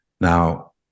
Now